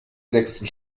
sechsten